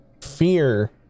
fear